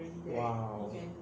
!wow!